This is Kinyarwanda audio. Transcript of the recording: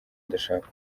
ndashaka